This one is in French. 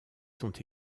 sont